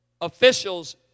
official's